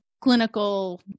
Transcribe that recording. clinical